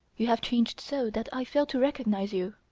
you have changed so that i fail to recognise you.